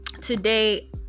today